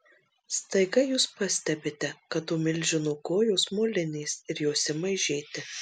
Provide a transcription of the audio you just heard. staiga jūs pastebite kad to milžino kojos molinės ir jos ima aižėti